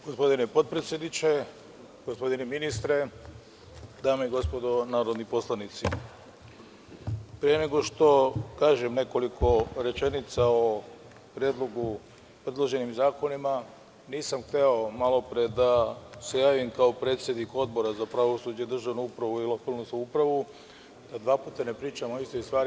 Gospodine potpredsedniče, gospodine ministre, dame i gospodo narodni poslanici, pre nego što kažem nekoliko rečenica o predloženim zakonima, nisam hteo malopre da se javim kao predsednik Odbora za pravosuđe, državnu upravu i lokalnu samoupravu, da dva puta ne pričam o istoj stvari.